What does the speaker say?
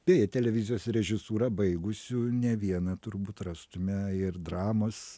beje televizijos režisūrą baigusių ne vieną turbūt rastume ir dramos